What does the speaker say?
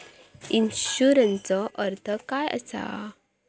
इन्शुरन्सचो अर्थ काय असा?